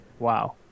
wow